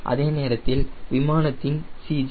அதே நேரத்தில் விமானத்தின் CG மற்றும் விங்கின் a